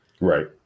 right